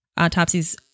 Autopsies